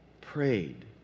prayed